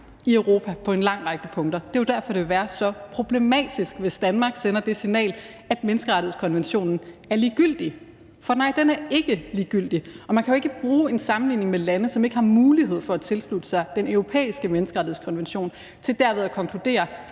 i Europa på en lang række punkter. Det er jo derfor, det vil være problematisk, hvis Danmark sender det signal, at menneskerettighedskonventionen er ligegyldig. For nej, den er ikke ligegyldig. Og man kan jo ikke bruge en sammenligning med lande, som ikke har mulighed for at tilslutte sig Den Europæiske Menneskerettighedskonvention, til derved at konkludere,